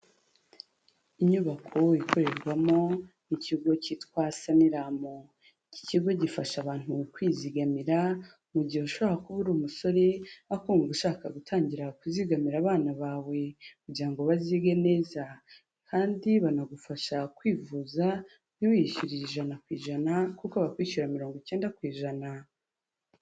Inyubako ikorerwamo n'ikigo cyitwa Sanlam, iki kigo gifasha abantu kwizigamira, mu gihe ushobora kuba uri umusore ariko wumva ushaka gutangira kuzigamira abana bawe kugirango bazige neza, kandi banagufasha kwivuza ntiwiyishyurire ijana kwi ijana kuko bakwishyura mirongo icyenda ku ijana.